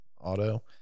auto